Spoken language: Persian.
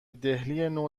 دهلینو